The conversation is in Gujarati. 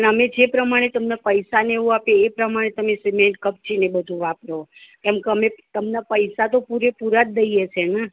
અને અમે જે પ્રમાણે તમને પૈસાને એવું આપીયે એ પ્રમાણે તમે સિમેન્ટ કપચી ને એ બધું વાપરો કેમકે અમે તમને પૈસા તો પૂરે પૂરા જ દઇએ છે ને